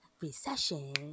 recession